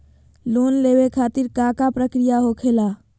Loan लेवे खातिर का का प्रक्रिया होखेला?